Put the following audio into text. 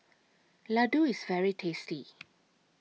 Ladoo IS very tasty